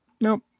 Nope